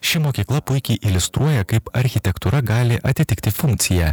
ši mokykla puikiai iliustruoja kaip architektūra gali atitikti funkciją